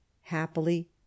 Happily